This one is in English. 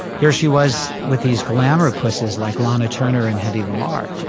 here she was with these glamorous pussies like lana turner and hedy lamarr.